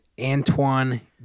Antoine